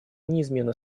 неизменно